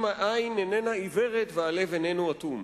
אם העין איננה עיוורת והלב איננו אטום.